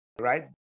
Right